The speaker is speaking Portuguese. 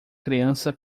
criança